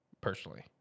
personally